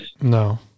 No